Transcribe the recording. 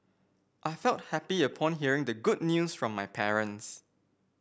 I felt happy upon hearing the good news from my parents